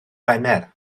wener